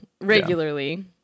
regularly